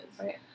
Right